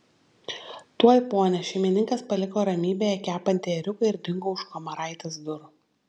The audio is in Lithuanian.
tuoj pone šeimininkas paliko ramybėje kepantį ėriuką ir dingo už kamaraitės durų